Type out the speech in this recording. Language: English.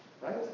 Right